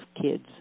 kids